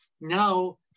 now